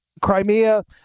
Crimea